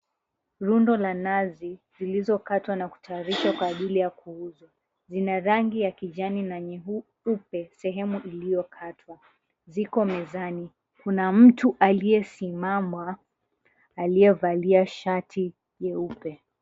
Rundo la nazi zilizokatwa na kutayarishwa kwa ajili ya kuuzwa. Zina rangi ya kijani na nyeupe sehemu iliyokatwa, ziko mezani. Kuna mtu aliyesimama aliyevalia shati jeupe.